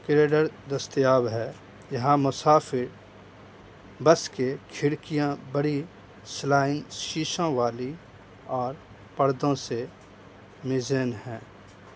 کریڈر دستیاب ہے یہاں مسافر بس کے کھڑکیاں بڑی سلائنگ شیشوں والی اور پردوں سے مزین ہیں